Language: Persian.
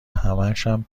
همشم